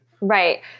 Right